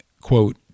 quote